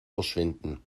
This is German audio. verschwinden